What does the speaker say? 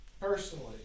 Personally